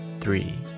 three